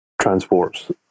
transports